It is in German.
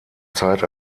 zeit